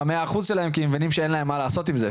ה-100% שלהם כי הם מבינים שאין להם מה לעשות עם זה.